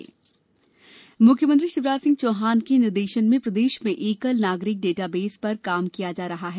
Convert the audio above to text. नागरिक डाटाबेस मुख्यमंत्री शिवराज सिंह चौहान के निर्देशन में प्रदेश में एकल नागरिक डाटाबेस पर कार्य किया जा रहा है